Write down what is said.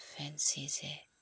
ꯐꯦꯟꯁꯤꯁꯦ